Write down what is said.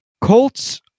Colts